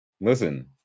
Listen